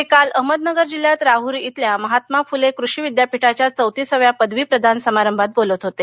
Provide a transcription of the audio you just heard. ते काल अहमदनगर जिल्ह्यात राहूरी श्रेल्या महात्मा फूले कृषी विद्यापीठाच्या चौतीसाव्या पदवीप्रदान समारभात बोलत होते